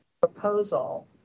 proposal